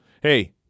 Hey